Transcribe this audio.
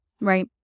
Right